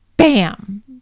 Bam